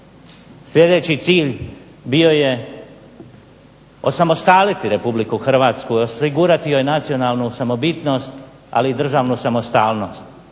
Sljedeći cilj bio je osamostaliti RH i osigurati joj nacionalnu samobitnost, ali i državnu samostalnost.